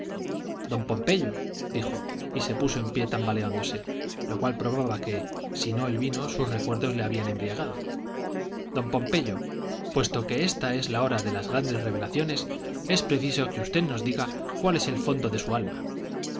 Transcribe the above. palabra don pompeyo dijo y se puso en pie tambaleándose lo cual probaba que si no el vino sus recuerdos le habían embriagado don pompeyo puesto que ésta es la hora de las grandes revelaciones es preciso que usted nos diga cuál es el fondo de su alma